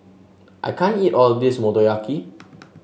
I can't eat all of this Motoyaki